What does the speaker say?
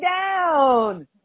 down